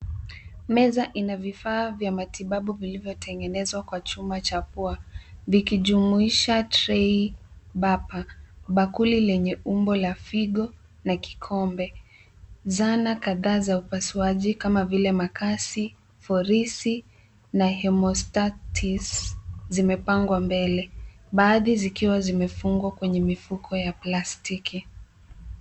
Meza ina vifaa vya matibabu vilivyotengenezwa kwa chuma cha pua vikijumuisha trei bapa, bakuli lenye umbo la figo na kikombe. Zana kadhaa za upasuaji kama vile makasi, forisi na haemostatis zimepangwa mbele baadhi zikiwa zimefungwa kwenye mifuko ya plastiki.